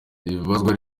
ibazwa